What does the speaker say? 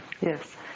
Yes